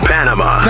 Panama